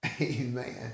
Amen